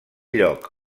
lloc